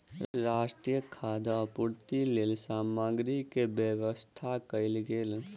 राष्ट्रक खाद्य पूर्तिक लेल सामग्री के व्यवस्था कयल गेल